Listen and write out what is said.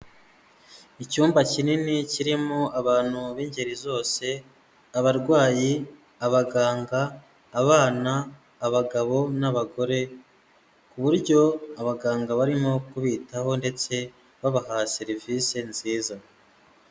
Icyumba kinini kirimo abantu b'ingeri zose, abarwayi, abaganga, abana, abagabo n'abagore, ku buryo abaganga barimo kubitaho ndetse babaha serivise nziza.